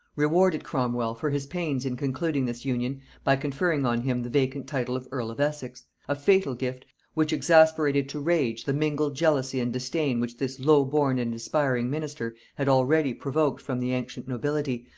rewarded cromwel for his pains in concluding this union by conferring on him the vacant title of earl of essex a fatal gift, which exasperated to rage the mingled jealousy and disdain which this low-born and aspiring minister had already provoked from the ancient nobility,